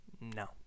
No